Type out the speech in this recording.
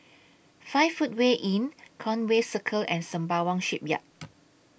five Footway Inn Conway Circle and Sembawang Shipyard